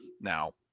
Now